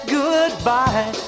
goodbye